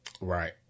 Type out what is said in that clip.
Right